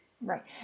Right